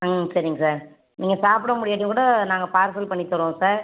ம் சரிங்க சார் நீங்கள் சாப்பிட முடியாட்டியுங்கூட நாங்கள் பார்சல் பண்ணித் தருவோம் சார்